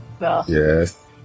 Yes